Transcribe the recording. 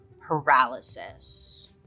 paralysis